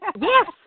Yes